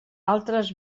altres